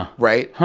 ah right?